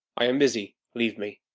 i am busy leave me.